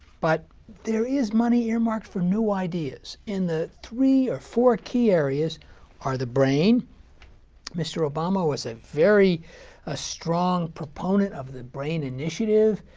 but there is money earmarked for new ideas. and the three or four key areas are the brain mr obama was a very ah strong proponent of the brain initiative,